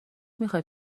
میخای